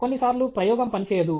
కొన్నిసార్లు ప్రయోగం పనిచేయదు